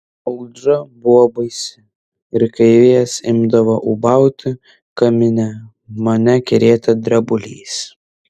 audra buvo baisi ir kai vėjas imdavo ūbauti kamine mane krėtė drebulys